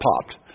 popped